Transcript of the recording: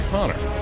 Connor